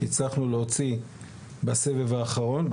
הצלחנו להוציא בסבב האחרון,